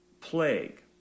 plague